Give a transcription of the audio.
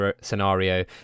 scenario